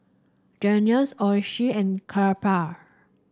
Jergens Oishi and Kappa